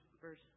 verse